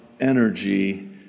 energy